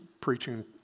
preaching